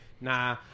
nah